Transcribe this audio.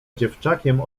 dziewczakiem